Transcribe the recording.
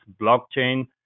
blockchain